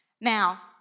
Now